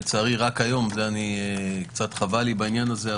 לצערי זה מתקיים רק היום קצת חבל לי בעניין הזה,